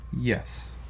Yes